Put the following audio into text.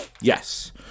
yes